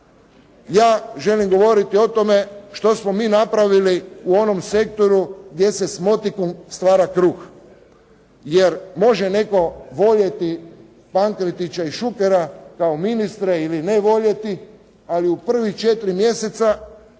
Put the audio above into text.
Ja želim govoriti o tome što smo mi napravili u onom sektoru gdje se s motikom stvara kruh, jer može netko voljeti Pakretića i Šukera kao ministre ili ne voljeti. Ali u prvih 4 mjeseca